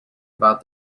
about